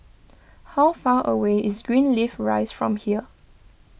how far away is Greenleaf Rise from here